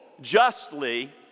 justly